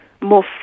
more